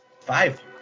five